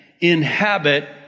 inhabit